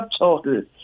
Subtotal